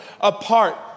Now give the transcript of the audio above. apart